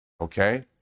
okay